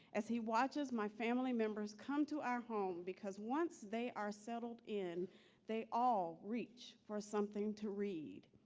as he watches my family members come to our home, because once they are settled in they all reach for something to read.